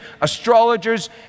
astrologers